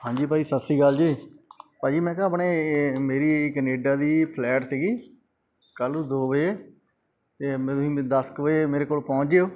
ਹਾਂਜੀ ਭਾਅ ਜੀ ਸਤਿ ਸ਼੍ਰੀ ਅਕਾਲ ਜੀ ਭਾਅ ਜੀ ਮੈਂ ਕਿਹਾ ਆਪਣੀ ਮੇਰੀ ਕਨੇਡਾ ਦੀ ਫਲੈਟ ਸੀਗੀ ਕੱਲ੍ਹ ਨੂੰ ਦੋ ਵਜੇ ਅਤੇ ਦਸ ਕੁ ਵਜੇ ਮੇਰੇ ਕੋਲ ਪਹੁੰਚ ਜਿਓ